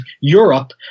Europe